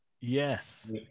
Yes